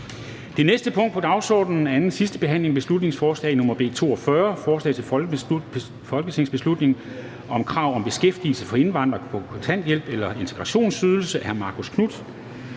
Betænkning 11.12.2020). 14) 2. (sidste) behandling af beslutningsforslag nr. B 42: Forslag til folketingsbeslutning om krav om beskæftigelse for indvandrere på kontanthjælp eller integrationsydelse. Af Marcus Knuth